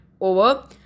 over